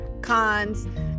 cons